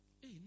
Hey